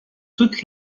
toute